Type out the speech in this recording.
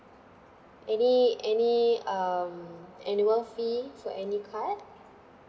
any any um annual fee for any card